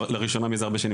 לראשונה מזה הרבה שנים,